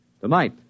Tonight